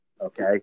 okay